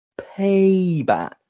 Payback